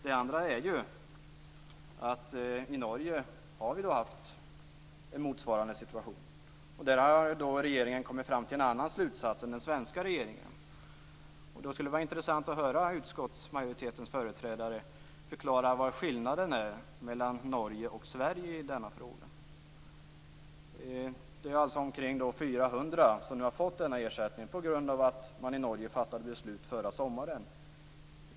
Det andra är att man i Norge har haft en motsvarande situation. Där har regeringen kommit fram till en annan slutsats än den svenska regeringen. Därför skulle det vara intressant att höra utskottsmajoritetens företrädare förklara vad skillnaden är mellan Norge och Sverige i denna fråga. Det är alltså omkring 400 Norge fattade beslut om detta förra sommaren.